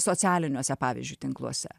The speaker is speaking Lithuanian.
socialiniuose pavyzdžiui tinkluose